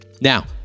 Now